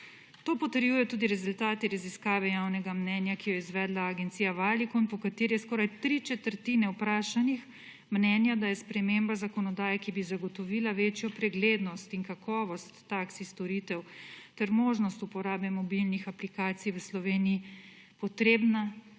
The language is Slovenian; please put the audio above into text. To potrjujejo tudi rezultati raziskave javnega mnenja, ki jo je izvedla agencija Valicum, po kateri je skoraj tri četrtine vprašanih mnenja, da je sprememba zakonodaje, ki bi zagotovila večjo preglednost in kakovost taksi storitev ter možnost uporabe mobilnih aplikacij v Sloveniji potrebna